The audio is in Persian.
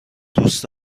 دوست